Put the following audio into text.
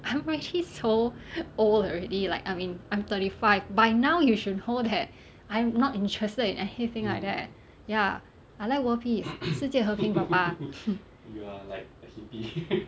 I'm already so old already like I'm in I'm thirty five by now you should know that I'm not interested in anything like that ya I like world peace 世界和平爸爸